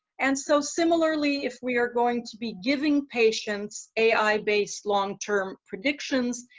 and so similarly if we are going to be giving patients ai base long-term predictions,